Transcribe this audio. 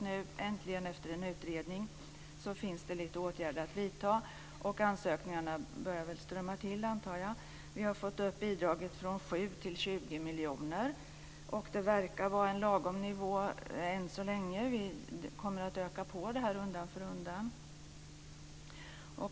Nu äntligen, efter en utredning, finns det lite åtgärder att vidta, och ansökningarna börjar väl strömma in, antar jag. Vi har fått upp bidraget från 7 till 20 miljoner, vilket verkar vara en lagom nivå än så länge. Vi kommer att öka på det här undan för undan.